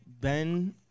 Ben